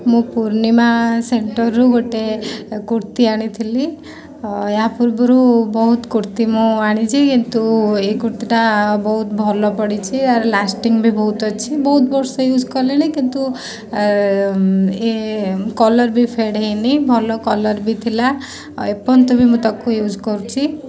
ମୁଁ ପୂର୍ଣ୍ଣିମା ସେଣ୍ଟର୍ରୁ ଗୋଟେ କୁର୍ତ୍ତି ଆଣିଥିଲି ୟା ପୂର୍ବରୁ ବହୁତ କୁର୍ତ୍ତି ମୁଁ ଆଣିଛି କିନ୍ତୁ ଏହି କୁର୍ତ୍ତିଟା ବହୁତ ଭଲ ପଡ଼ିଛି ଆର ଲାଷ୍ଟିଂ ବି ବହୁତ ଅଛି ବହୁତ ବର୍ଷ ୟ୍ୟୁଜ୍ କଲିଣି କିନ୍ତୁ ଇଏ କଲର୍ ବି ଫେଡ଼୍ ହେଇନି ଭଲ କଲର୍ ବି ଥିଲା ଆଉ ଏପର୍ଯ୍ୟନ୍ତ ବି ମୁଁ ତାକୁ ୟୁଜ୍ କରୁଛି